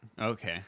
Okay